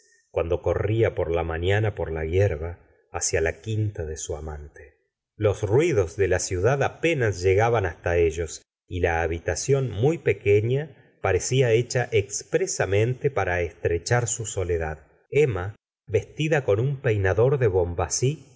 cuando corría por la mañana por la hierba hacia la quinta de su amante los ruidos de la ciudad apenas llegaban hasta ellos y la habitación muy pequeña parecía hecha expresamente para estrechar su soledad emma vestida con un peinador de